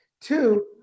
Two